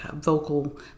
vocal